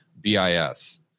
BIS